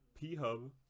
P-Hub